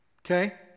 okay